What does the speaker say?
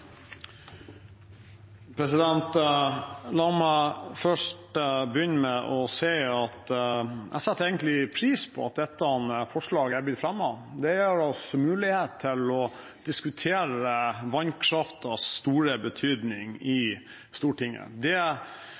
Stortinget? La meg først begynne med å si at jeg egentlig setter pris på at dette forslaget er blitt fremmet. Det gir oss mulighet til å diskutere vannkraftens store betydning i Stortinget. Det